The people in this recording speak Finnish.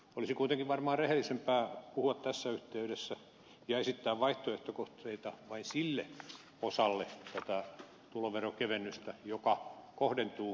olisi kuitenkin varmaan rehellisempää puhua tässä yhteydessä ja esittää vaihtoehtokohteita vain sille osalle tätä tuloveronkevennystä joka kohdentuu suurituloisiin